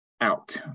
out